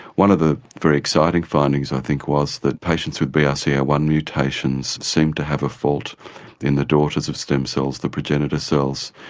one of the very exciting findings i think was that patients with b r c a one mutations seem to have a fault in the daughters of stem cells, the progenitor cells.